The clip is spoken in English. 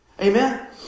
Amen